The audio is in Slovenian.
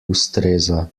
ustreza